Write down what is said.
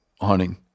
hunting